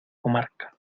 comarca